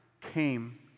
came